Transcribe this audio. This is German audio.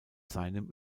seinem